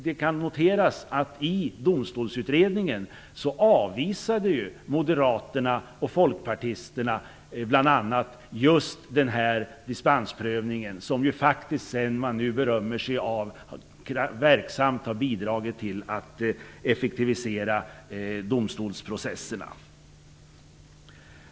Det kan noteras att moderaterna och folkpartisterna i Domstolsutredningen avvisade bl.a. just den här dispensprövningen, som man nu berömmer sig av att verksamt ha bidragit till att effektivisera domstolsprocesserna.